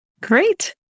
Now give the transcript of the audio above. Great